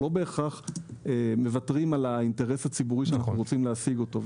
אנחנו לא בהכרח מוותרים על האינטרס הציבורי שאנחנו רוצים להשיג אותו.